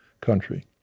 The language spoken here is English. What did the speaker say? country